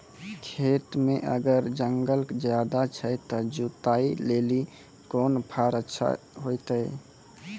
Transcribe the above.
खेत मे अगर जंगल ज्यादा छै ते जुताई लेली कोंन फार अच्छा होइतै?